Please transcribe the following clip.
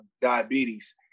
diabetes